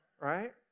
Right